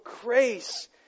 grace